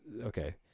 Okay